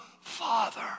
Father